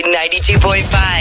92.5